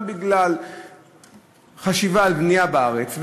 גם בגלל חשיבה על בנייה בארץ,